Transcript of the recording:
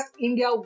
India